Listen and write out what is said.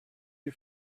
you